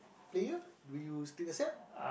player would you still accept